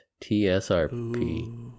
T-S-R-P